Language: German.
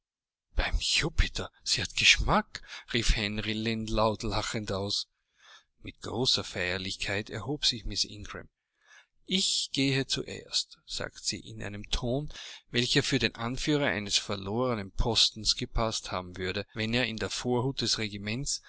beim jupiter sie hat geschmack rief henry lynn laut lachend aus mit großer feierlichkeit erhob sich miß ingram ich gehe zuerst sagte sie in einem ton welcher für den anführer eines verlorenen postens gepaßt haben würde wenn er in der vorhut des regiments